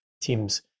teams